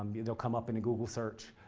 it'll come up in a google search.